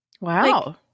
Wow